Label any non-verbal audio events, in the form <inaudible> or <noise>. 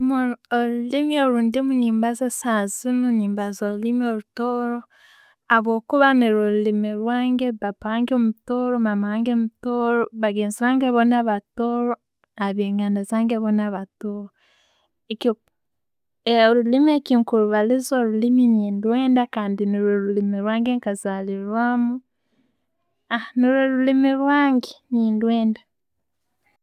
Olu- oluliimu rwendumu ne'mbaaza saaha zinu nembaaza oruliimi orutooro habwokuba nurwo oruliimi rwange. Baba wange mutooro, mama wange mutooro, bagenzi bange boona batooro, abenganda zange boona batooro. <hesitation> oruliimi kyendukuribaliza, nurwo oruriimi rwange nkazarirwamu <hesitation> nirwo oruliimi rwange, nendwenda.